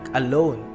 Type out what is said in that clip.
alone